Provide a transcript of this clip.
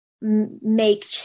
make